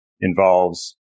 involves